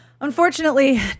Unfortunately